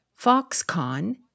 Foxconn